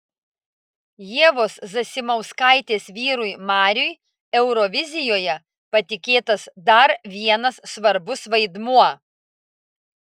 ievos zasimauskaitės vyrui mariui eurovizijoje patikėtas dar vienas svarbus vaidmuo